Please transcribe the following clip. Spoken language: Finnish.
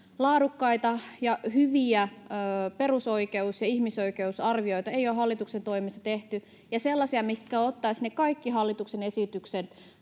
laadukkaita ja hyviä perusoikeus- ja ihmisoikeusarvioita ei ole hallituksen toimesta tehty eikä sellaisia, mitkä ottaisivat ne kaikki hallituksen esitykset